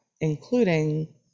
Including